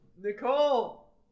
Nicole